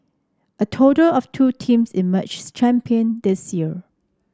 a total of two teams emerged champion this year